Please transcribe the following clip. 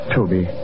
Toby